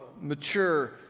mature